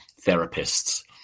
therapists